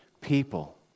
people